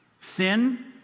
Sin